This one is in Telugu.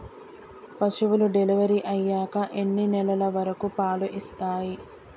పశువులు డెలివరీ అయ్యాక ఎన్ని నెలల వరకు పాలు ఇస్తాయి?